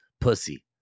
pussy